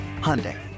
Hyundai